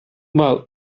well